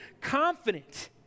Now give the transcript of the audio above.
confident